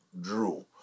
drew